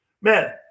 Man